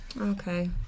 Okay